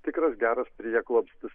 tikras geras prieglobstis